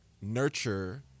nurture